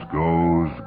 goes